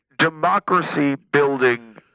Democracy-building